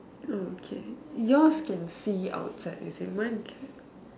hmm okay yours can see outside is it mine cannot